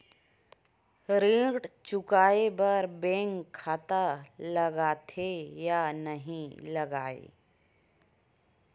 ऋण चुकाए बार बैंक खाता लगथे या नहीं लगाए?